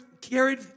carried